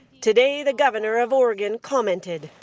today the governor of oregon commented.